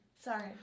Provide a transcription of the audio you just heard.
Sorry